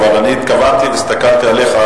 אבל התכוונתי והסתכלתי עליך,